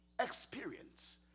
experience